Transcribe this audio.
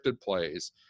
plays